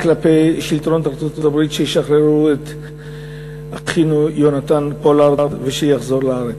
כלפי שלטונות ארצות-הברית שישחררו את אחינו יונתן פולארד ושיחזור לארץ.